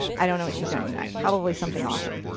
i don't know what she's doing tonight. probably something awesome.